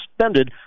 suspended